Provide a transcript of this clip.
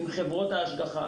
עם חברות ההשגחה.